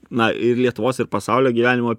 na ir lietuvos ir pasaulio gyvenimo